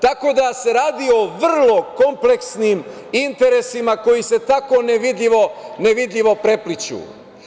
Tako da se radi o vrlo kompleksnim interesima koji se tako nevidljivo prepliću.